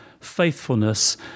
faithfulness